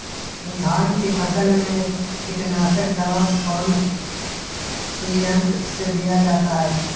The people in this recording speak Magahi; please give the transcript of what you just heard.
धान की फसल में कीटनाशक दवा कौन सी यंत्र से दिया जाता है?